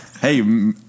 Hey